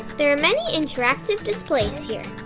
there are many interactive displays here.